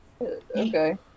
Okay